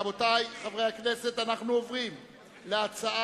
רבותי חברי הכנסת, אנחנו עוברים להצעת